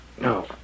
No